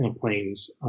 planes